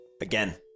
again